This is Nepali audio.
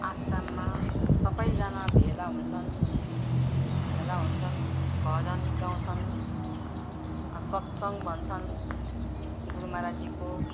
आश्रममा सबैजना भेला हुन्छन् भेला हुन्छन् भजन गाउँछन् सत्सङ्ग भन्छन् गुरु महाराजजीको